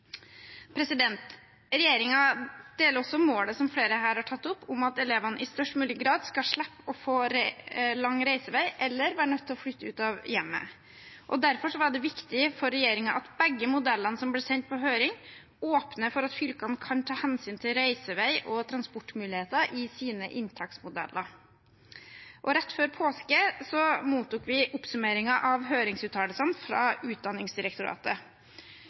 deler også målet som flere her har tatt opp, om at elevene i størst mulig grad skal slippe å få lang reisevei eller være nødt til å flytte ut av hjemmet. Derfor var det viktig for regjeringen at begge modellene som ble sendt på høring, åpner for at fylkene kan ta hensyn til reisevei og transportmuligheter i sine inntaksmodeller. Rett før påske mottok vi oppsummeringen av høringsuttalelsene fra Utdanningsdirektoratet.